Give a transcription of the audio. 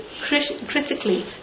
critically